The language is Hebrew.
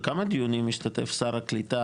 בכמה דיונים השתתף שר הקליטה,